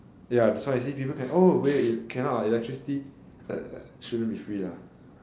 ya that's why I say people can oh wait cannot electricity uh shouldn't be free ah